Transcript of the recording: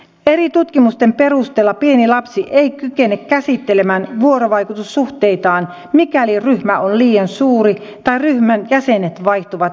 eri tutkimusten perusteella pieni lapsi ei kykene käsittelemään vuorovaikutussuhteitaan mikäli ryhmä on liian suuri tai ryhmän jäsenet vaihtuvat jatkuvasti